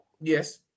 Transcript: Yes